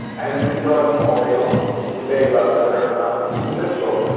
and it's been going all day long, this debate about whether or not mickey's a minstrel.